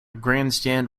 grandstand